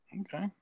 Okay